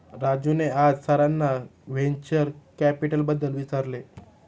राजूने आज सरांना व्हेंचर कॅपिटलबद्दल विचारले